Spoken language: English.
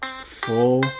Full